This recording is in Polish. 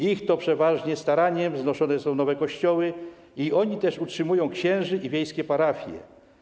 Ich to przeważnie staraniem wznoszone są nowe kościoły i oni też utrzymują księży i wiejskie parafie.